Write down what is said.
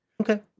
Okay